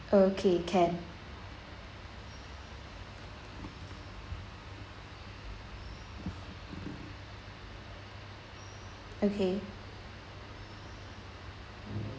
okay can okay